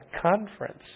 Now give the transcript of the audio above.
conference